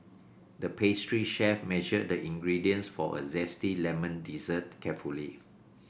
the pastry chef measured the ingredients for a zesty lemon dessert carefully